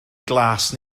glas